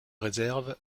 réserve